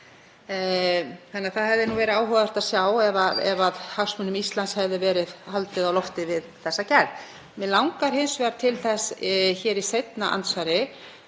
nota. Það hefði verið áhugavert að sjá ef hagsmunum Íslands hefði verið haldið á lofti við þessa gerð. Mig langar hins vegar til þess hér í seinna andsvari